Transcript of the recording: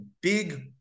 big